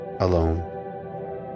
alone